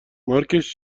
مارکش